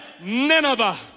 Nineveh